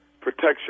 Protection